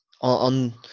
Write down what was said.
on